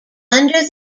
under